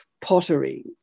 pottery